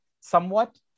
somewhat